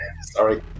Sorry